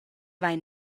vein